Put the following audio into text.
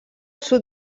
sud